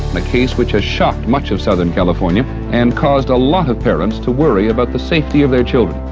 a case, which has shocked much of southern california and caused a lot of parents to worry about the safety of their children.